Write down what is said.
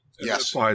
Yes